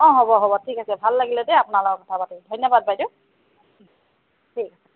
অঁ হ'ব হ'ব ঠিক আছে ভাল লাগিলে দেই আপোনাৰ লগত কথা পাতি ধন্যবাদ বাইদেউ দেই